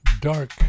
dark